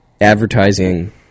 advertising